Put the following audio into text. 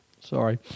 sorry